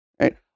right